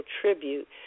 tribute